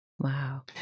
Wow